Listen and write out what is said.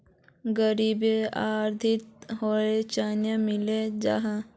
गरीबोक आर्थिक सहयोग चानी मिलोहो जाहा?